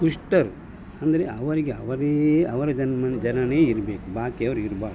ದುಷ್ಟರು ಅಂದರೆ ಅವರಿಗೆ ಅವರೇ ಅವರ ಜನ ಜನವೇ ಇರಬೇಕು ಬಾಕಿಯವರು ಇರಬಾರ್ದು